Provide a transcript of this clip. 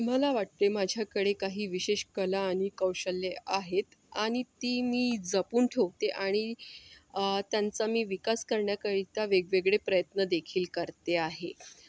मला वाटते माझ्याकडे काही विशेष कला आणि कौशल्ये आहेत आणि ती मी जपून ठेवते आणि त्यांचा मी विकास करण्याकरिता वेगवेगळे प्रयत्न देखील करते आहे